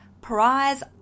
Prize